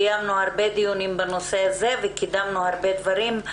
קיימנו הרבה דיונים וקידמנו הרבה דברים.